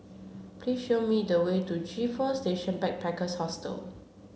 please show me the way to G Four Station Backpackers Hostel